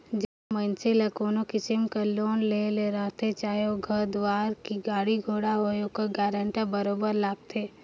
जब मइनसे ल कोनो किसिम कर लोन लेहे ले रहथे चाहे ओ घर दुवार होए कि गाड़ी घोड़ा होए ओकर बर गारंटर बरोबेर लागथे